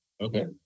Okay